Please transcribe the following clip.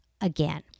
again